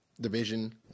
division